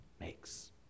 makes